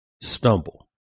stumble